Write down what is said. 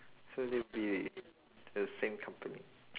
so they would be the same company